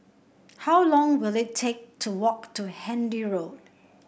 how long will it take to walk to Handy Road